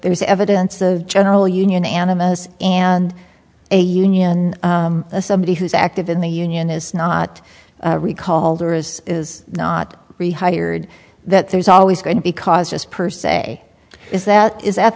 there is evidence of general union animus and a union of somebody who's active in the union is not recall or is not rehired that there's always going to be cause just per se is that is that